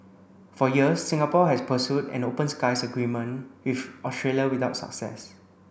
for years Singapore has pursued an open skies agreement with Australia without success